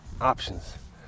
Options